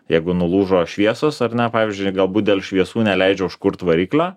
jeigu nulūžo šviesos ar ne pavyzdžiui galbūt dėl šviesų neleidžia užkurt variklio